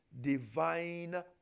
divine